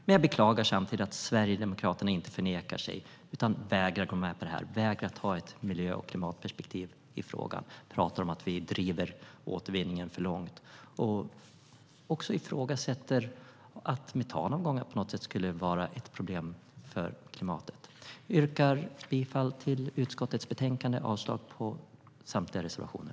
Samtidigt beklagar jag att Sverigedemokraterna inte förnekar sig. De vägrar att gå med på detta, och de vägrar att ha ett miljö och klimatperspektiv i frågan. De talar om att vi driver återvinningen för långt, och de ifrågasätter att metanavgången på något sätt skulle vara ett problem för klimatet. Jag yrkar bifall till utskottets förslag i betänkandet och avslag på samtliga reservationer.